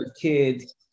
kids